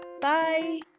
bye